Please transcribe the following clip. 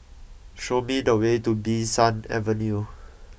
show me the way to Bee San Avenue